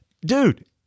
Dude